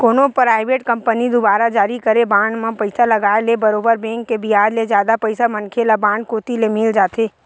कोनो private company दुवारा जारी करे बांड म पइसा लगाय ले बरोबर बेंक के बियाज ले जादा पइसा मनखे ल बांड कोती ले मिल जाथे